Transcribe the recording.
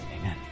amen